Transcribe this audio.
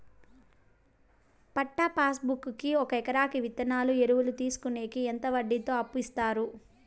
పట్టా passbook కి ఒక ఎకరాకి విత్తనాలు, ఎరువులు తీసుకొనేకి ఎంత వడ్డీతో అప్పు ఇస్తారు?